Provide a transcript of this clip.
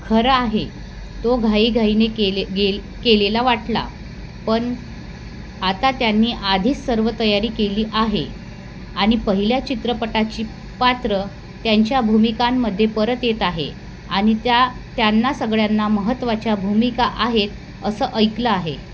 खरं आहे तो घाईघाईने केले गे केलेला वाटला पण आता त्यांनी आधी सर्व तयारी केली आहे आणि पहिल्या चित्रपटाची पात्रं त्यांच्या भूमिकांमध्ये परत येत आहे आणि त्या त्यांना सगळ्यांना महत्त्वाच्या भूमिका आहेत असं ऐकलं आहे